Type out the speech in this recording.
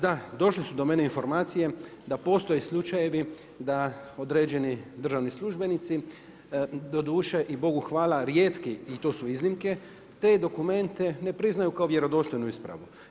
Da, došle su do mene informacije da postoje slučajevi da određeni državni službenici doduše i Bogu hvala rijetki i to su iznimke te dokumente ne priznaju kao vjerodostojnu ispravu.